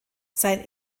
sein